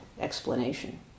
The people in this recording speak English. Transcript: explanation